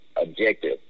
objective